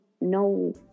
no